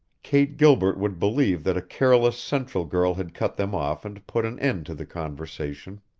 kate gilbert would believe that a careless central girl had cut them off and put an end to the conversation.